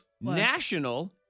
National